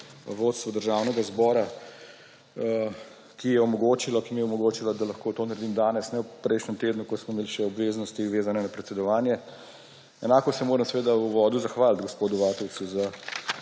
vodstvu Državnega zbora, ki je omogočilo, da lahko to naredim danes in ne v prejšnjem tednu, ko smo imeli še obveznosti, vezane na predsedovanje. Enako se moram seveda v uvodu zahvaliti gospodu Vatovcu za